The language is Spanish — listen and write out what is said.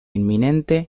inminente